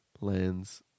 lands